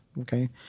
okay